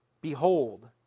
Behold